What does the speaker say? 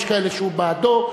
יש כאלה שהם בעדו,